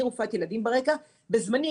אני רופאת ילדים ברקע, בזמני